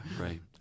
right